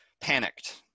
panicked